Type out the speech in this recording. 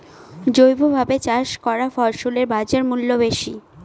জৈবভাবে চাষ করা ফসলের বাজারমূল্য বেশি